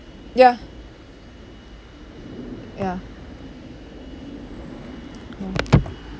ya ya ya